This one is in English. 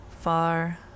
far